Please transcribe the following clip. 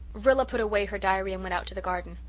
rilla put away her diary and went out to the garden.